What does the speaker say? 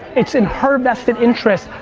it's in her best and interest,